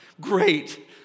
Great